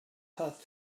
passed